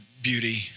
beauty